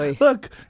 Look